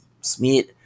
Smith